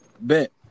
bet